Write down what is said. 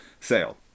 sale